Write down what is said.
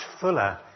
fuller